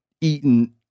eaten